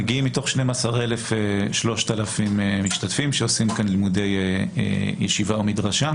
מגיעים מתוך 12,000 3,000 משתתפים שעושים כאן לימודי ישיבה ומדרשה,